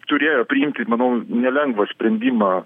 turėjo priimti manau nelengvą sprendimą